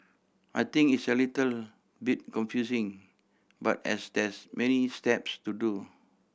I think it's a little bit confusing but as there's many steps to do